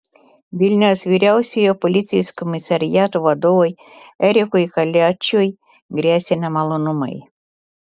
vilniaus vyriausiojo policijos komisariato vadovui erikui kaliačiui gresia nemalonumai